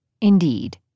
Indeed